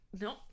no